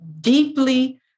deeply